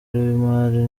w’imari